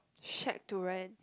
shack to rent